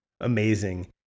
amazing